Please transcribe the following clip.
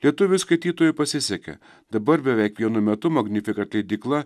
lietuvių skaitytojui pasisekė dabar beveik vienu metu magnifikat leidykla